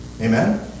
Amen